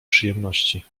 przyjemności